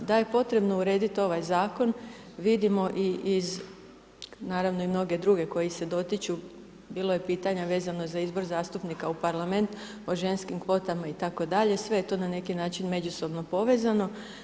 Da je potrebno uredit ovaj zakon vidimo i iz, naravno i mnoge druge koji se dotiču, bilo je pitanja vezano za izbor zastupnika u parlament, o ženskim kvotama itd., sve je to na neki način međusobno povezano.